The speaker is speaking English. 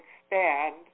expand